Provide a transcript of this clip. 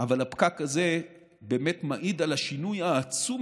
אבל הפקק הזה באמת מעיד על השינוי העצום